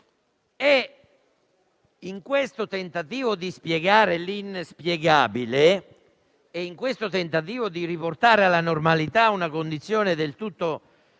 In questo tentativo di spiegare l'inspiegabile e in questo tentativo di riportare alla normalità una condizione del tutto